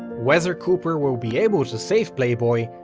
whether cooper will be able to save playboy,